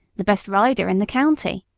the best rider in the county.